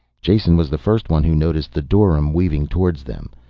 jason was the first one who noticed the dorym weaving towards them.